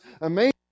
amazing